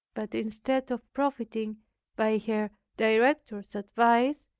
but instead of profiting by her director's advice,